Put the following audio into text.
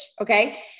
Okay